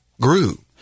grew